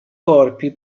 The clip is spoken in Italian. corpi